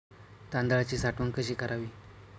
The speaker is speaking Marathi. तांदळाची साठवण कशी करावी?